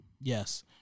Yes